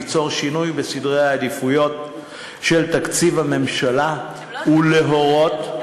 ליצור שינוי בסדרי העדיפויות של תקציב הממשלה ולהורות,